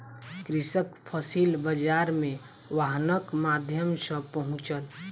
कृषक फसिल बाजार मे वाहनक माध्यम सॅ पहुँचल